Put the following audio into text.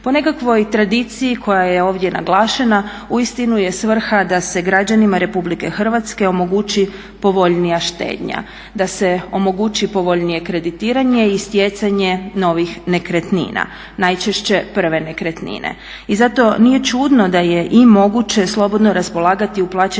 Po nekakvoj tradiciji koja je ovdje naglašena uistinu je svrha da se građanima Republike Hrvatske omogući povoljnija štednja, da se omogući povoljnije kreditiranje i stjecanje novih nekretnina, najčešće prve nekretnine. I zato nije čudno da je i moguće slobodno raspolagati uplaćenim